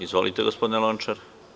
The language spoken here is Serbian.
Izvolite, gospodine Lončar.